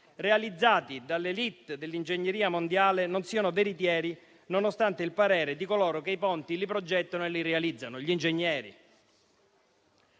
realizzati dall'*élite* dell'ingegneria mondiale, non siano veritieri nonostante il parere di coloro che i ponti li progettano e li realizzano, gli ingegneri.